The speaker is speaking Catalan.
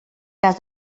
cas